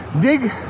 dig